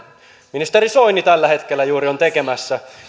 ministeri soini tällä hetkellä juuri on tekemässä